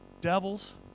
devils